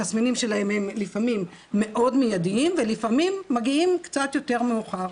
התסמינים שלהם מאוד מידיים ולפעמים הם מגיעים קצת יותר מאוחר,